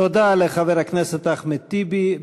תודה לחבר הכנסת אחמד טיבי.